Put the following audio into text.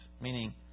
Meaning